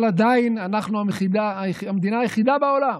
אבל עדיין אנחנו המדינה היחידה בעולם